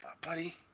buddy